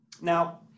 Now